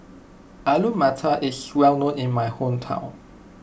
Alu Matar is well known in my hometown